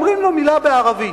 אומרים לו מלה בערבית.